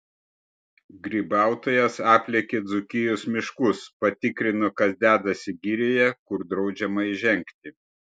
grybautojas aplėkė dzūkijos miškus patikrino kas dedasi girioje kur draudžiama įžengti